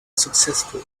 successful